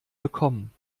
bekommen